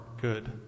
good